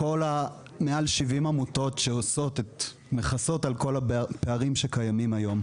כל מעל ה-70 עמותות שמכסות על כל הפערים שקיימים היום.